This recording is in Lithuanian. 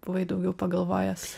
buvai daugiau pagalvojęs